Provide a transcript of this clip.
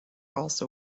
also